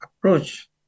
approach